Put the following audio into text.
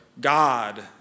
God